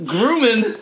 Grooming